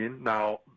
Now